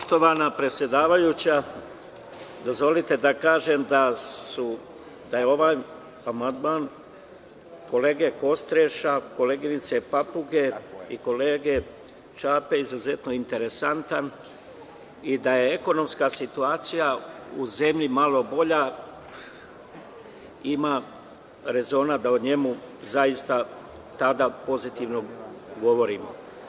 Poštovana predsedavajuća, dozvolite da kažem da je ovaj amandman kolege Kostreša, koleginice Papuge i kolege Čape izuzetno interesantan i da je ekonomska situacija u zemlji malo bolja, imalo bi rezona da o njemu zaista tada pozitivno govorimo.